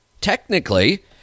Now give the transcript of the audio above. technically